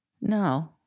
No